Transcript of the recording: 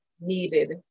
needed